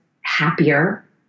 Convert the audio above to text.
happier